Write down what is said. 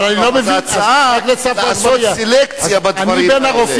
ההצעה: לעשות סלקציה בדברים האלה.